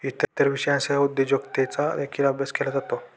इतर विषयांसह उद्योजकतेचा देखील अभ्यास केला जातो